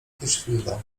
hirschfelda